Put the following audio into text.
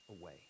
away